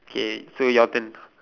okay so your turn